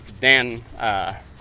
Dan